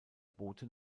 boote